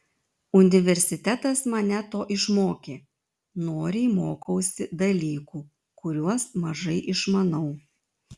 universitetas mane to išmokė noriai mokausi dalykų kuriuos mažai išmanau